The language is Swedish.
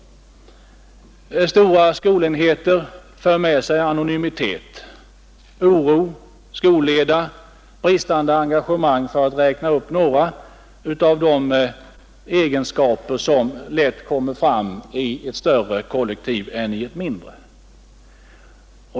Stora skolenheter för med sig anonymitet, oro, skolleda och bristande engagemang, för att räkna upp några av de egenskaper som lättare kommer fram i ett större kollektiv än i ett mindre.